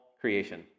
creation